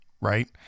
right